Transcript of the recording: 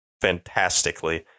fantastically